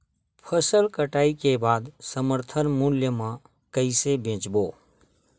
फसल कटाई के बाद समर्थन मूल्य मा कइसे बेचबो?